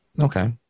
Okay